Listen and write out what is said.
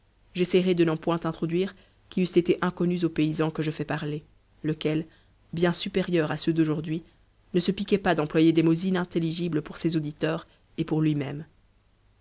j'essayerai de n'en point introduire qui eussent été inconnus au paysan que je fais parler lequel bien supérieur à ceux d'aujourd'hui ne se piquait pas d'employer des mots inintelligibles pour ses auditeurs et pour lui-même